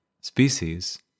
species